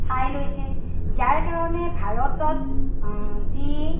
ঠাই লৈছে যাৰ কাৰণে ভাৰতত যি